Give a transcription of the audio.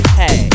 hey